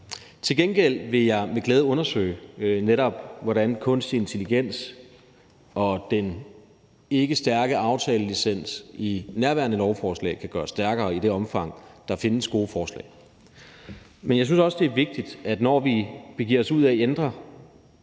Til gengæld vil jeg med glæde undersøge, netop hvordan kunstig intelligens og den ikke stærke aftalelicens i nærværende lovforslag kan gøres stærkere i det omfang, at der findes gode forslag. Men jeg synes også, det er vigtigt, når vi begiver os ud i at ændre